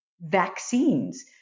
vaccines